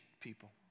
people